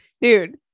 dude